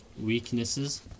weaknesses